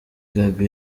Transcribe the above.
gabby